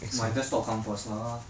my desktop come first lah